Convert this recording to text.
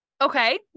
Okay